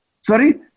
sorry